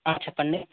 చెప్పండి